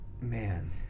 man